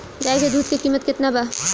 गाय के दूध के कीमत केतना बा?